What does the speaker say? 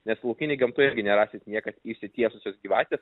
nes laukinėj gamtoj irgi nerasit niekad išsitiesusios gyvatės